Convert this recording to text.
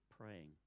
praying